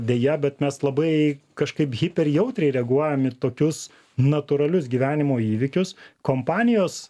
deja bet mes labai kažkaip hiperjautriai reaguojam į tokius natūralius gyvenimo įvykius kompanijos